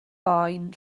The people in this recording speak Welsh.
boen